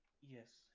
Yes